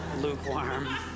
Lukewarm